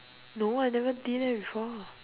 no I never did that before